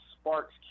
sparks